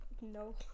no